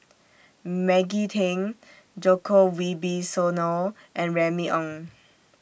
Maggie Teng Djoko Wibisono and Remy Ong